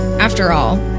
after all,